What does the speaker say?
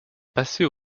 passées